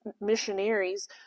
missionaries